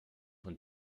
von